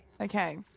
Okay